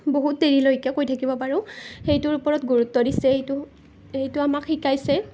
বহুত দেৰিলৈকে কৈ থাকিব পাৰোঁ সেইটোৰ ওপৰত গুৰুত্ব দিছে এইটো এইটো আমাক শিকাইছে